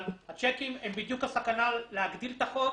אבל הצ'קים הם בדיוק הסכנה להגדיל את החוב,